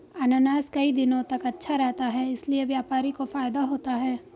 अनानास कई दिनों तक अच्छा रहता है इसीलिए व्यापारी को फायदा होता है